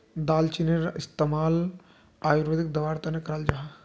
दालचीनीर इस्तेमाल आयुर्वेदिक दवार तने कराल जाहा